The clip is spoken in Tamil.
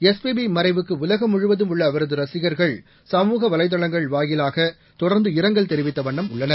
எஸ்பியி மறைவுக்கு உலகம் முழுவதும் உள்ள அவரது ரசிகர்கள் சமூக வலைதளங்கள் வாயிலாக தொடர்ந்து இரங்கல் தெரிவித்தவண்ணம் உள்ளனர்